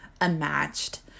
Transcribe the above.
unmatched